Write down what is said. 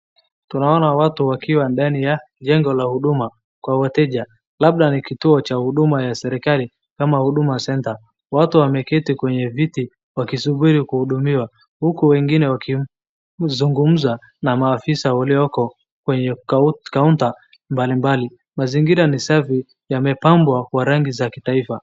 Tunaona watu wakiwa ndani ya jengo la huduma, kwa wateja, labda ni kituo cha huduma ya serikali, ama Huduma Centre , watu wameketi kwenye viti wakisubiri kuhudumiwa huku wengine wakizungumza na maafisa walioko kwenye counter mbalimbali, mazingira ni safi, huku yamepambwa kwa rangi za kitaifa.